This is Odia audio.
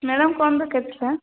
ମ୍ୟାଡ଼ମ୍ କୁହନ୍ତୁ କେତେଟା